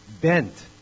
Bent